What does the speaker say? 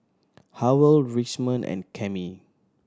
Howell Richmond and Cammie